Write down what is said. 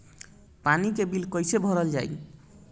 पानी के बिल कैसे भरल जाइ?